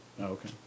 okay